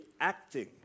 acting